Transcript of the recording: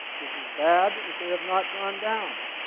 this is bad that they have not gone down.